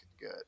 good